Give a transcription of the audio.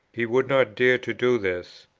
he would not dare to do this,